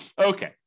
Okay